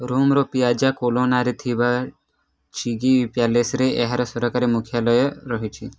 ରୋମର Piazza କୋଲୋନାରେ ଥିବା Chigi ପ୍ୟାଲେସ୍ରେ ଏହାର ସରକାରୀ ମୁଖ୍ୟାଲୟ ରହିଛି